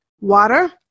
Water